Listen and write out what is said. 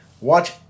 Watch